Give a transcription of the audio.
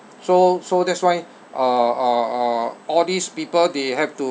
so so that's why uh uh uh all these people they have to